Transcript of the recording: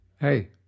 Hey